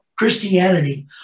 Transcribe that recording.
Christianity